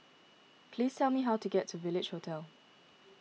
please tell me how to get to Village Hotel